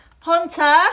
Hunter